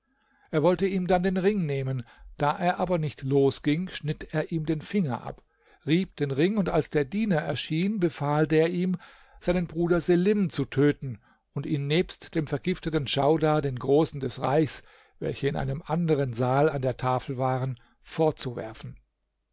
er wollte ihm dann den ring nehmen da er aber nicht losging schnitt er ihm den finger ab rieb den ring und als der diener erschien befahl der ihm seinen bruder selim zu töten und ihn nebst dem vergifteten djaudar den großen des reichs welche in einem anderen saal an der tafel waren vorzuwerfen